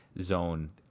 zone